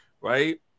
right